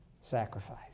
sacrifice